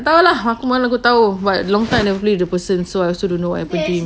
tak tahu mana aku tahu but long time never play with the person so I also don't know what happen to him